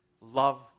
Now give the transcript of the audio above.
love